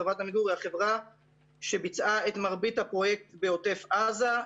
חברת עמיגור היא החברה שביצעה את מרבית הפרויקט בעוטף עזה.